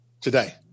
Today